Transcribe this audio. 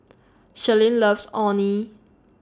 Sherlyn loves Orh Nee